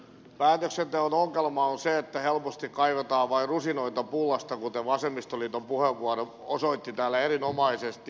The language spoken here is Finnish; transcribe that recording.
päätöksenteon ongelma on se että helposti kaivetaan vain rusinoita pullasta kuten vasemmistoliiton puheenvuoro osoitti täällä erinomaisesti